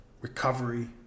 recovery